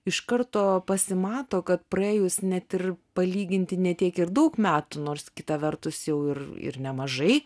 iš karto pasimato kad praėjus net ir palyginti ne tiek ir daug metų nors kita vertus jau ir ir nemažai